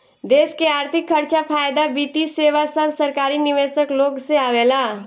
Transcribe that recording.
देश के अर्थिक खर्चा, फायदा, वित्तीय सेवा सब सरकारी निवेशक लोग से आवेला